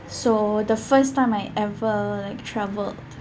so the first time I ever like travelled